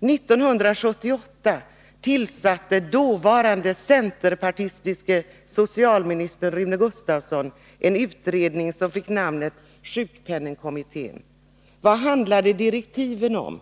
År 1978 tillsatte den dåvarande centerpartistiske socialministern Rune Gustavsson en utredning som fick namnet sjukpenningkommittén. Vad handlade direktiven om?